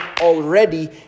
already